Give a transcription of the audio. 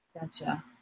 Gotcha